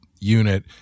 unit